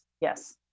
yes